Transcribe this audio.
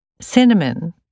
Cinnamon